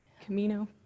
Camino